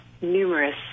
numerous